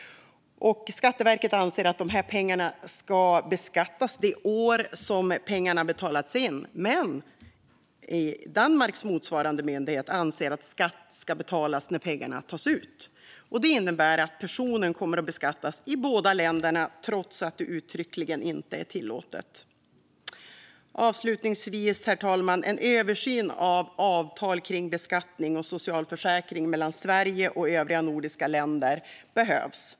Skatteverket anser att dessa pengar ska beskattas det år som pengarna betalats in, men Danmarks motsvarande myndighet anser att skatt ska betalas när pengarna tas ut. Det innebär att personen kommer att beskattas i båda länderna trots att det uttryckligen inte är tillåtet. Herr talman! En översyn av avtal kring beskattning och socialförsäkring mellan Sverige och de övriga nordiska länderna behövs.